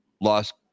lost